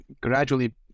gradually